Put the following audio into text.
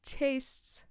tastes